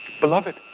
Beloved